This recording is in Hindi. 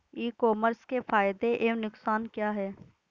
ई कॉमर्स के फायदे एवं नुकसान क्या हैं?